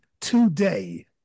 today